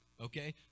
okay